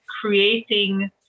creating